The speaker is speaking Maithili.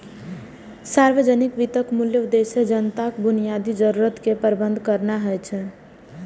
सार्वजनिक वित्तक मूल उद्देश्य जनताक बुनियादी जरूरत केर प्रबंध करनाय होइ छै